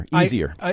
easier